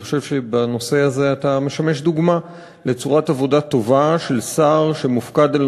אני חושב שבנושא הזה אתה משמש דוגמה לצורת עבודה טובה של שר שמופקד על